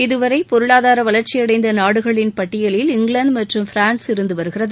இதுவரை பொருளாதார வளர்ச்சியடைந்த நாடுகளின் பட்டியலில் இங்கிலாந்து மற்றும் பிரான்ஸ் இருந்து வருகிறது